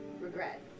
regret